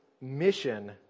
mission